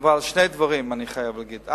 אבל אני חייב להגיד שני דברים.